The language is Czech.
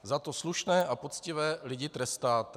Zato slušné a poctivé lidi trestáte.